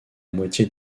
moitié